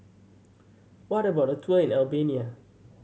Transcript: what about a tour in Albania